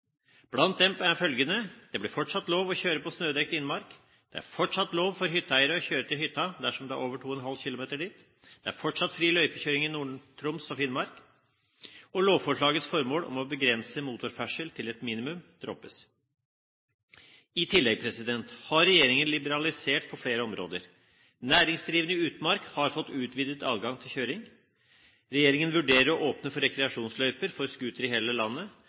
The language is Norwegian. Blant dem er følgende: Det blir fortsatt lov å kjøre på snødekt innmark, det er fortsatt lov for hytteeiere å kjøre til hytta dersom det er over 2,5 km dit, det er fortsatt fri løypekjøring i Nord-Troms og Finnmark, og lovforslagets formål å begrense motorferdsel til et minimum, droppes. I tillegg har regjeringen liberalisert på flere områder: Næringsdrivende i utmark har fått utvidet adgang til kjøring. Regjeringen vurderer å åpne for rekreasjonsløyper for scooter i hele landet,